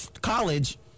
College